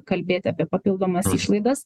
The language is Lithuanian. kalbėt apie papildomas išlaidas